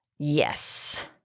Yes